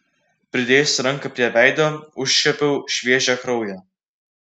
pridėjusi ranką prie veido užčiuopiau šviežią kraują